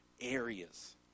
areas